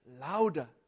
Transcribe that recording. louder